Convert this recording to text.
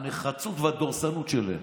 הנחרצות והדורסנות שלהם.